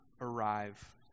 arrive